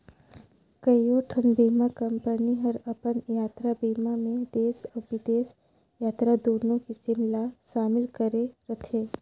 कयोठन बीमा कंपनी हर अपन यातरा बीमा मे देस अउ बिदेस यातरा दुनो किसम ला समिल करे रथे